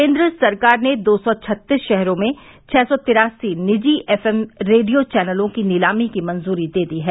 केन्द्र सरकार ने दो सौ छत्तीस शहरों में छह सौ तिरासी निजी एफ एम रेडियो चैनलों की नीलामी की मंजूरी दे दी है